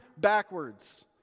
backwards